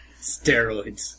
Steroids